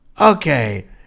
okay